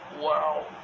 Wow